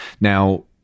Now